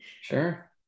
Sure